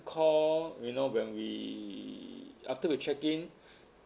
call you know when we after we check in